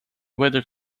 whether